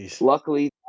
luckily